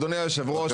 אדוני היושב ראש,